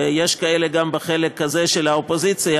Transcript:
ויש כאלה גם בחלק הזה של האופוזיציה,